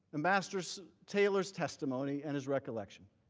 ambassador so taylor's testimony and his recollection.